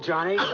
johnny.